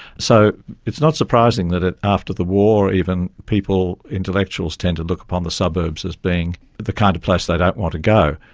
so it's not surprising that after the war even, people, intellectuals tend to look upon the suburbs as being the kind of place they don't want to go.